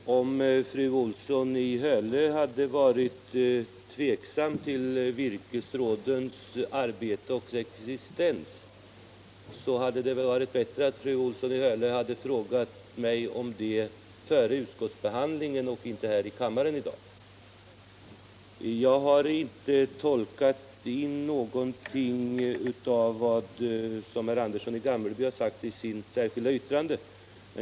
Fru talman! Om fru Olsson i Hölö hade varit tveksam beträffande virkesrådens arbete och existens hade det varit bättre att hon hade frågat mig om det före utskottsbehandlingen och inte här i kammaren i dag. Jag har inte tolkat in någon speciell betydelse i herr Anderssons i Gamleby särskilda yttrande.